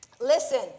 Listen